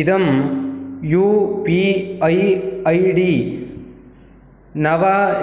इदं U P I I D नव